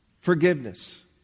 Forgiveness